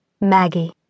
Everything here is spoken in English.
MAGGIE